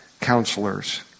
counselors